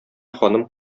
ханым